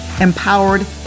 empowered